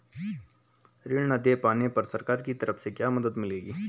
ऋण न दें पाने पर सरकार की तरफ से क्या मदद मिलेगी?